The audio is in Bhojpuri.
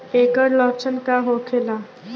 ऐकर लक्षण का होखेला?